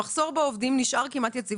המחסור בעובדים נשאר כמעט יציב.